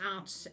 out